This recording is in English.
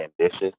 ambitious